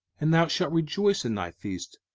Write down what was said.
and thou shalt rejoice in thy feast,